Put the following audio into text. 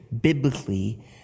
biblically